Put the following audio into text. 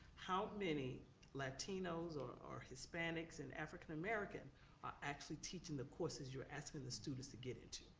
how many latinos or or hispanics and african american are actually teaching the courses you're asking the students to get into?